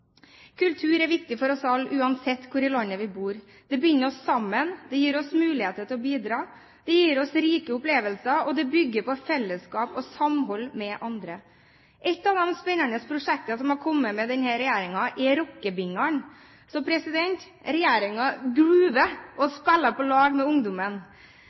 Kultur er viktig for oss alle uansett hvor i landet vi bor. Det binder oss sammen, det gir oss muligheter til å bidra, det gir oss rike opplevelser, og det bygger på fellesskap og samhold med andre. Et av de spennende prosjektene som har kommet med denne regjeringen, er rockebingene. Så regjeringen groover og spiller på lag med ungdommen.